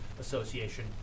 Association